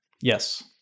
Yes